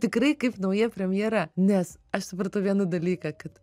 tikrai kaip nauja premjera nes aš supratau vieną dalyką kad